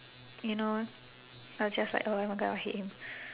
you know I'll just like oh my god I hate him